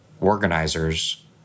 organizers